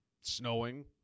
snowing